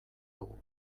dugu